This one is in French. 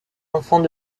enfants